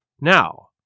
Now